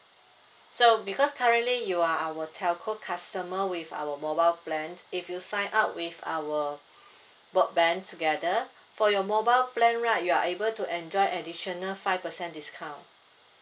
so because currently you are our telco customer with our mobile plan if you sign up with our broadband together for your mobile plan right you are able to enjoy additional five percent discount